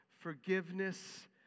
forgiveness